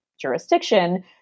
jurisdiction